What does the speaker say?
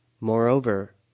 Moreover